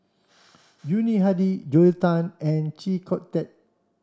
Yuni Hadi Joel Tan and Chee Kong Tet